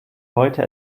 heute